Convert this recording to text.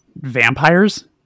vampires